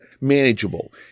manageable